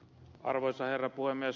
arvoisa herra puhemies